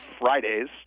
Fridays